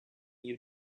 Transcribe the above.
you